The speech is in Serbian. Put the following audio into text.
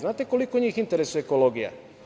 Znate li koliko njih interesuje ekologija?